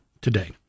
today